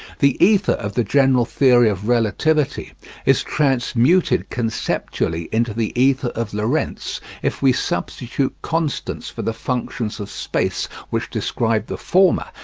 the ether of the general theory of relativity is transmuted conceptually into the ether of lorentz if we substitute constants for the functions of space which describe the former,